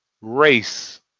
race